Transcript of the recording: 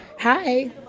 Hi